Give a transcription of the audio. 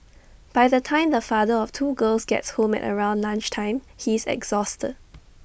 by the time the father of two girls gets home at around lunch time he is exhausted